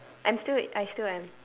I'm still I still am